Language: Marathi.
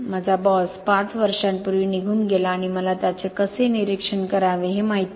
माझा बॉस 5 वर्षांपूर्वी निघून गेला आणि मला त्याचे कसे निरीक्षण करावे हे माहित नाही